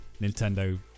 Nintendo